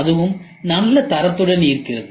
அதுவும் நல்ல தரத்துடன் இருக்கிறது